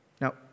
Now